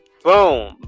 Boom